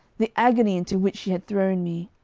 the agony into which she had thrown me,